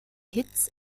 hits